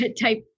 type